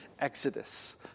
exodus